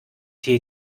tee